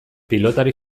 pilotari